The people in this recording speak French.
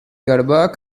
galbas